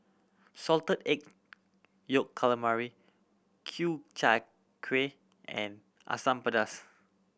Salted Egg Yolk Calamari Ku Chai Kueh and Asam Pedas